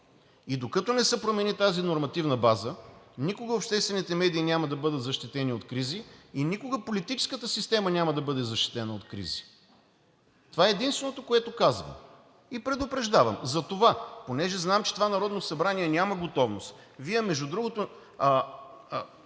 и докато не се промени тази нормативна база, никога обществените медии няма да бъдат защитени от кризи и никога политическата система няма да бъде защитена от кризи. Това е единственото, което казвам и предупреждавам. Затова, понеже знам, че това Народно събрание няма готовност. Вие, между другото